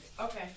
Okay